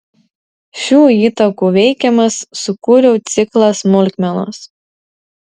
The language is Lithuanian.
šių įtakų veikiamas sukūriau ciklą smulkmenos